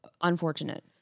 unfortunate